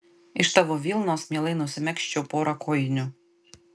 iš tavo vilnos mielai nusimegzčiau porą kojinių